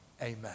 Amen